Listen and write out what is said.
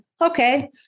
okay